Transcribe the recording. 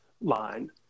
line